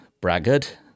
braggart